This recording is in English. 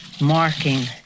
marking